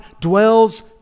dwells